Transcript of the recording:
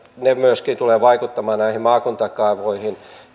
ne myöskin tulevat vaikuttamaan näihin maakuntakaavoihin